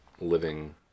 living